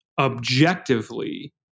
objectively